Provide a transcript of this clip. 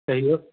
कहियौ